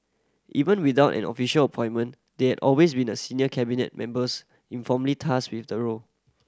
even without an official appointment there had always been a senior Cabinet members informally tasked with the role